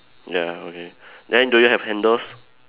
ya okay then do you have handles